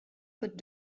could